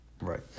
Right